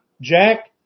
Jack